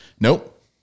Nope